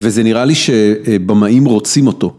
וזה נראה לי שבמאים רוצים אותו.